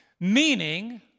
Meaning